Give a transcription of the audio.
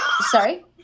sorry